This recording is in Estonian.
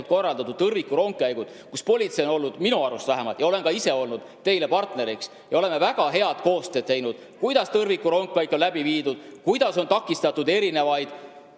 korraldatud tõrvikurongkäigud, kus politsei on vähemalt minu arust abiks olnud. Ma olen ka ise olnud teile partneriks ja me oleme väga head koostööd teinud selles, kuidas tõrvikurongkäik on läbi viidud, kuidas on takistatud erinevaid